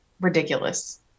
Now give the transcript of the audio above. ridiculous